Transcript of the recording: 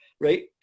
right